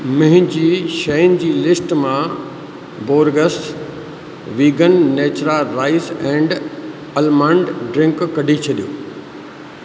मुंहिंजी शयुनि जी लिस्ट मां Borges vegan natura rice and almond drink कढी छॾियो